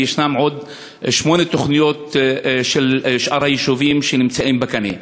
ויש עוד שמונה תוכניות של שאר היישובים שנמצאות בקנה.